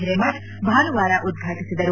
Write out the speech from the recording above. ಹಿರೇಮಠ ಭಾನುವಾರ ಉದ್ಘಾಟಿಸಿದರು